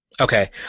Okay